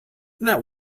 that